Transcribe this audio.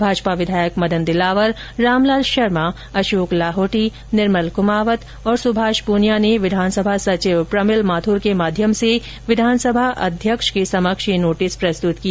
भाजपा विधायक मदन दिलावर रामलाल शर्मा अशोक लाहौटी निर्मल कुमावत तथा सुभाष प्रनिया ने विधानसभा सचिव प्रमिल माथुर के माध्यम से विधानसभा अध्यक्ष के समक्ष यह नोटिस प्रस्तुत किया